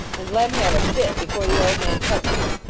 and lem had a fit be fore the old man touched him.